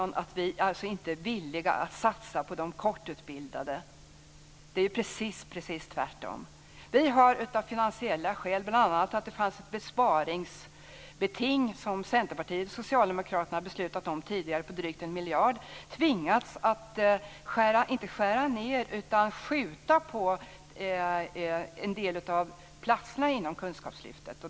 Fru talman! Det där är högst märkligt. Här har vi genomfört den största vuxenutbildningssatsningen någonsin - det nationella kunskapslyftet. Det är någonting som är unikt i världen, vill jag säga. Det är en enorm satsning. Så säger Yvonne Andersson att vi inte är villiga att satsa på de kortutbildade. Det är precis tvärtom. Vi har av finansiella skäl - bl.a. på grund av att det fanns ett sparbeting som Centerpartiet och Socialdemokraterna beslutat om tidigare på drygt en miljard - tvingats att skjuta på en del av platserna inom kunskapslyftet.